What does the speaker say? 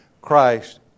Christ